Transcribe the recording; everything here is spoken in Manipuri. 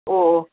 ꯑꯣ